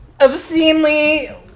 obscenely